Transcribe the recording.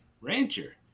rancher